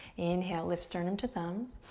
inhale, lift sternum to thumb,